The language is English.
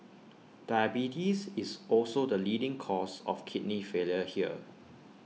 diabetes is also the leading cause of kidney failure here